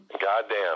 Goddamn